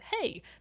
hey